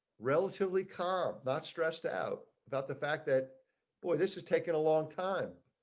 relatively car that stressed out about the fact that but this is taking a long time.